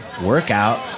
workout